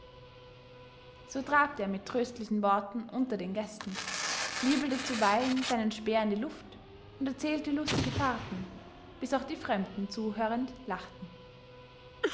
so trabte er mit tröstlichen worten unter den gästen wirbelte zuweilen seinen speer in der luft und erzählte lustige fahrten bis auch die fremden zuhörend lachten